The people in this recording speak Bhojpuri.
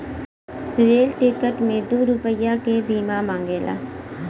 रेल टिकट मे दू रुपैया के बीमा मांगेला